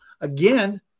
again